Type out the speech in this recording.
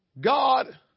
God